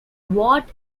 what